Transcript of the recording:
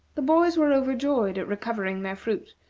the boys were overjoyed at recovering their fruit,